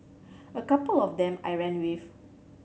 a couple of them I ran with